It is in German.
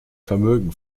vermögen